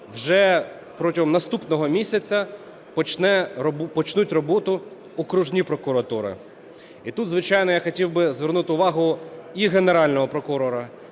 вже протягом наступного місяця почнуть роботу окружні прокуратури. І тут, звичайно, я хотів би звернути увагу і Генерального прокурора,